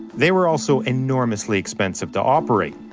they were also enormously expensive to operate.